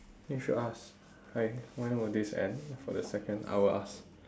then you should ask hi when would this end for the second I will ask